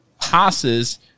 passes